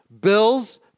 Bills